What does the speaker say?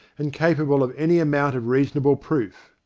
and capable of any amount of reasonable proof.